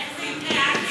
איך זה יקרה?